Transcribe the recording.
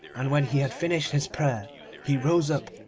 and when he had finished his prayer he rose up,